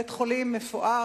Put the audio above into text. בית-חולים מפואר,